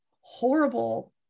horrible